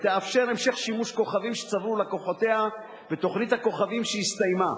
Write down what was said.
ותאפשר המשך שימוש בכוכבים שצברו לקוחותיה בתוכנית הכוכבים שהסתיימה.